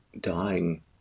dying